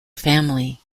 family